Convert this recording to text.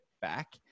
back